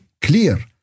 clear